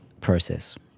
process